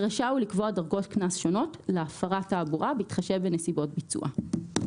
ורשאי הוא לקבוע דרגות קנס שונות להפרת תעבורה בהתחשב בנסיבות ביצועה.